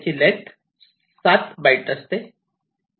त्याची length 7 byte असते